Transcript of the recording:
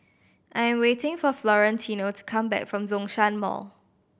I am waiting for Florentino to come back from Zhongshan Mall